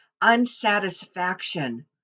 unsatisfaction